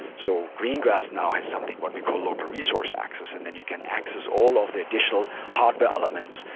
so greengrass now have something what we call local resource access and then you can access all of the additional hardware elements,